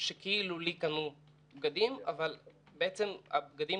שכאילו קנו לי בגדים אבל בעצם הבגדים